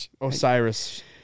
Osiris